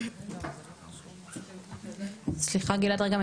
שלום יואל תודה שהגעת